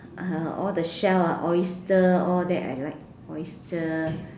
uh all the shell ah oyster all that I like oyster